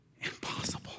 impossible